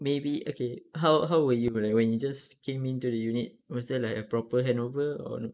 maybe okay how how were you like when you just came into the unit was there like a proper handover or